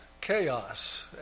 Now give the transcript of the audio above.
chaos